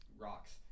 rocks